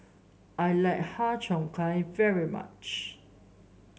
I like Har Cheong Gai very much